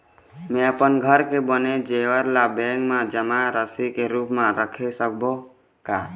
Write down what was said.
म अपन घर के बने जेवर ला बैंक म जमा राशि के रूप म रख सकबो का?